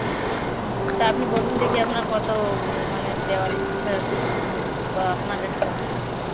হুম তা আপনি বলুন দেখি আপনার কত মানে দেওয়ার ইচ্ছা কি কি আপনার রেটটা